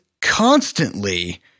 constantly